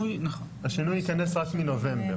השינוי יכנס רק מנובמבר.